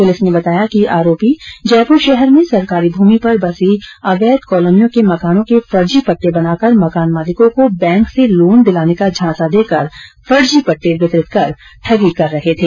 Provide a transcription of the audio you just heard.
police ने बताया कि आरोपी जयपुर शहर में सरकारी भूमि पर बसी अवैध कॉलोनीयों के मकानों के फर्जी पट्टे बनाकर मकान मालिकों को बैंक से लोन दिलाने का झांसा देकर फर्जी पट्टे वितरित कर ठगी कर रहे थे